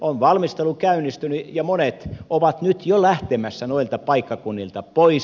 on valmistelu käynnistynyt ja monet ovat nyt jo lähtemässä noilta paikkakunnilta pois